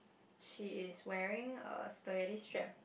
she is wearing a spaghetti strap